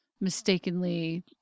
mistakenly